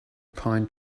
pine